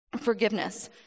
forgiveness